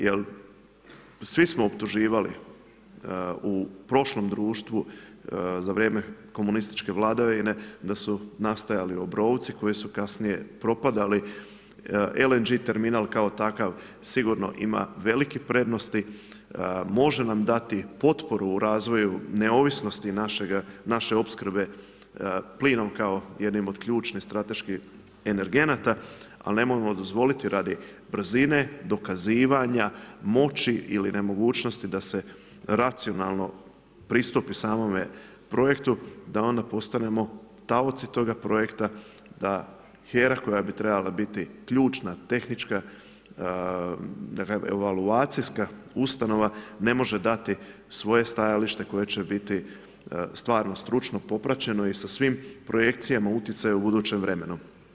Jer svi smo optuživali u prošlom društvu za vrijeme komunističke vladavine da su nastajali obrovci koji su kasnije propadali, LNG terminal kao takav sigurno ima velikih prednosti, može nam dati potporu u razvoju neovisnosti naše opskrbe plinom kao jednim od ključnih strateških energenata ali nemojmo dozvoliti radi brzine, dokazivanja, moći ili nemogućnosti da se racionalno pristupi samome projektu da onda postanemo taoci toga projekta da HERA koja bi trebala biti ključna, tehnička, da kažem evaluacijska ustanova ne može dati svoje stajalište koje će biti stvarno stručno popraćeno i sa svim projekcijama utjecaja u budućem vremenu.